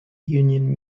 union